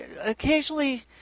Occasionally